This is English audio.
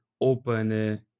open